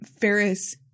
ferris